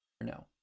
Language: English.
no